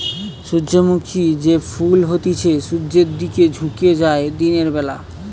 সূর্যমুখী যে ফুল হতিছে সূর্যের দিকে ঝুকে যায় দিনের বেলা